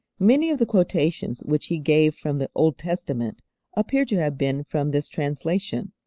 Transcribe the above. many of the quotations which he gave from the old testament appear to have been from this translation,